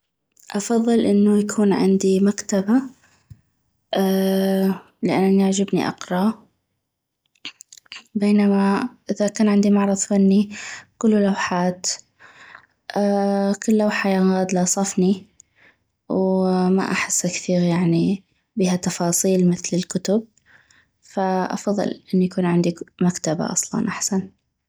افضل انو يكون عندي مكتبة لان يعجبني اقرا بينما اذا كان عندي معرض فني كلو لوحات كل لوحة ينغادلا صفني وما احس كثيغ يعني بيها تفاصيل مثل الكتب فافضل انو يكون عندي مكتبة اصلا احسن